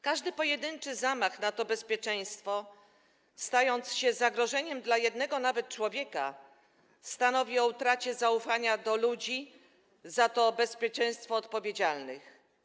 Każdy pojedynczy zamach na to bezpieczeństwo, stając się zagrożeniem dla jednego nawet człowieka, stanowi o utracie zaufania do ludzi za to bezpieczeństwo odpowiedzialnych.